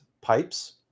pipes